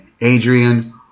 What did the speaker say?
Adrian